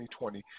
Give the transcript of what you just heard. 2020